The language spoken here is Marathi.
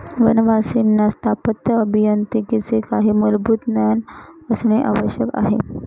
वनवासींना स्थापत्य अभियांत्रिकीचे काही मूलभूत ज्ञान असणे आवश्यक आहे